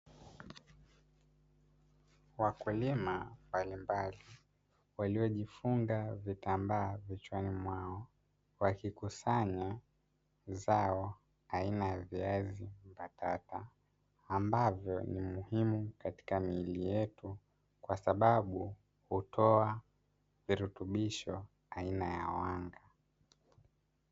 Wakulima mbalimbali waliojifunga vitambaa vichwani mwao, wakikusanya zao aina ya viazi mbatata ambavyo ni muhimu katika miili yetu kwa sababu hutoa virutubisho aina ya wanga.